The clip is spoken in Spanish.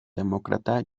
demócrata